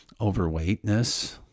overweightness